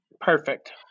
Perfect